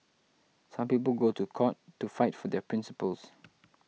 some people go to court to fight for their principles